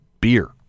beer